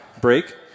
break